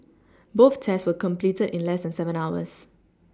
both tests were completed in less than seven hours